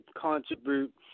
contribute